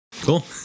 Cool